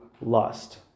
lust